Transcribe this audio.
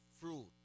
fruit